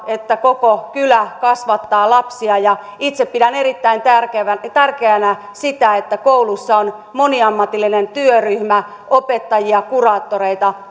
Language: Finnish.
että koko kylä kasvattaa lapsia itse pidän erittäin tärkeänä sitä että koulussa on moniammatillinen työryhmä opettajia kuraattoreita